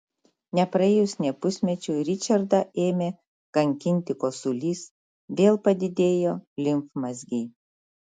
nepraėjus nė pusmečiui ričardą ėmė kankinti kosulys vėl padidėjo limfmazgiai